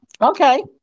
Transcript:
Okay